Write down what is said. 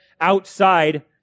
outside